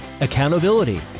accountability